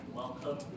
welcome